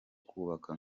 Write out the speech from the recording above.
kubaka